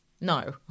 No